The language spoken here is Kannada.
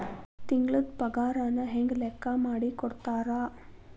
ತಿಂಗಳದ್ ಪಾಗಾರನ ಹೆಂಗ್ ಲೆಕ್ಕಾ ಮಾಡಿ ಕೊಡ್ತಾರಾ